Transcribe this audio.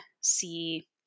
see